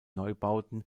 neubauten